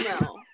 no